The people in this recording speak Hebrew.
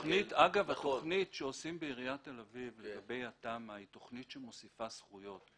התכנית שעושים בעיריית תל אביב לגבי התמ"א היא תכנית שמוסיפה זכויות.